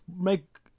make